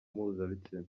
mpuzabitsina